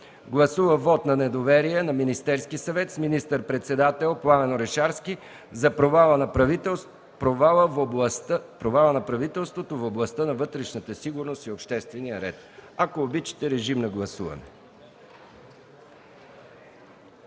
Гласува вот на недоверие на Министерския съвет с министър-председател Пламен Орешарски за провала на правителството в областта на вътрешната сигурност и обществен ред.” Режим на гласуване.